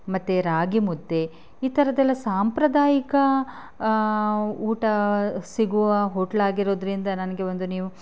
ಮತ್ತು ರಾಗಿ ಮುದ್ದೆ ಈ ಥರದ್ದೆಲ್ಲ ಸಾಂಪ್ರದಾಯಿಕ ಊಟ ಸಿಗುವ ಹೋಟ್ಲಾಗಿರೋದ್ರಿಂದ ನನಗೆ ಒಂದು ನೀವು